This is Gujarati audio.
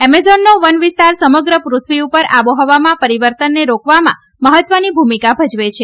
એમેઝોનનો વનવિસ્તાર સમગ્ર પૃથ્વી ઉપર આહોહવામાં પરિવર્તનને રોકવામાં મહત્વની ભૂમિકા ભજવે છે